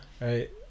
right